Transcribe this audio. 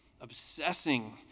obsessing